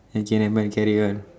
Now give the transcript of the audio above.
okay nevermind carry on